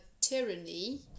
tyranny